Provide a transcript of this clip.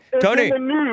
Tony